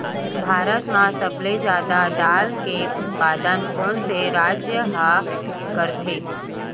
भारत मा सबले जादा दाल के उत्पादन कोन से राज्य हा करथे?